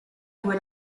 due